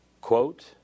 Quote